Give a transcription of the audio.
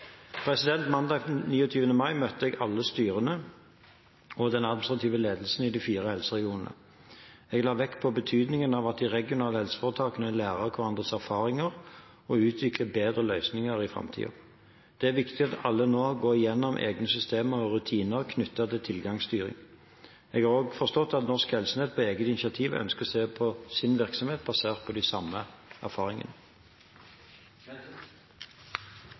Mandag 29. mai møtte jeg alle styrene og den administrative ledelsen i de fire helseregionene. Jeg la vekt på betydningen av at de regionale helseforetakene lærer av hverandres erfaringer og utvikler bedre løsninger i framtiden. Det er viktig at alle nå går igjennom egne systemer og rutiner knyttet til tilgangsstyring. Jeg har også forstått at Norsk Helsenett på eget initiativ ønsker å se på sin virksomhet basert på de samme erfaringene.